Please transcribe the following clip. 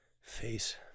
face